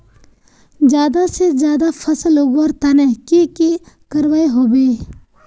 ज्यादा से ज्यादा फसल उगवार तने की की करबय होबे?